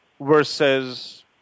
versus